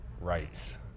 rights